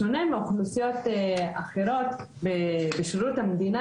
בשונה מאוכלוסיות אחרות בשירות המדינה,